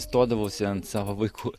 testuodavausi ant savo vaikų